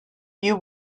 you